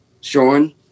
Sean